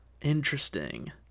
Interesting